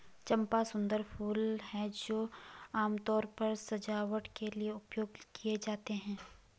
चंपा सुंदर फूल हैं जो आमतौर पर सजावट के लिए उपयोग किए जाते हैं